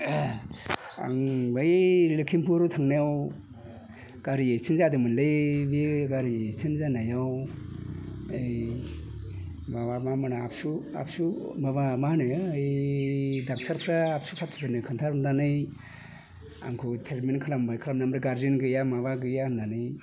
आंनि बै लोक्षिमपुराव थांनायाव गारि एक्सिडेन्ट जादोंमोनलै बे गारि एक्सिडेन्ट जानायाव ओइ माबाफोरा एबसु एबसु ड'क्टरफोरा आबसु फारथिफोरनो खोन्थाहरनानै आंखौ ट्रिटमेन्ट खालामबाय गारजेन गैया माबा गैया होननानै